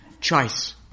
choice